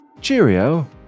cheerio